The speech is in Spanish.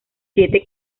siete